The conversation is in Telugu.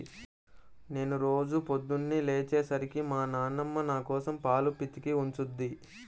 నేను రోజూ పొద్దన్నే లేచే సరికి మా నాన్నమ్మ నాకోసం పాలు పితికి ఉంచుద్ది